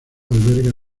alberga